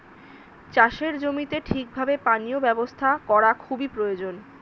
চাষের জমিতে ঠিক ভাবে পানীয় ব্যবস্থা করা খুবই প্রয়োজন